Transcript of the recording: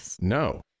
No